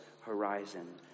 horizon